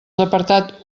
apartats